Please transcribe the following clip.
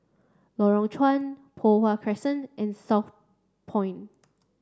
Lorong Chuan Poh Huat Crescent and Southpoint